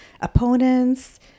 opponents